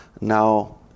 Now